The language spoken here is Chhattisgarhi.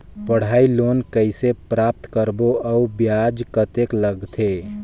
पढ़ाई लोन कइसे प्राप्त करबो अउ ब्याज कतेक लगथे?